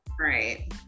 Right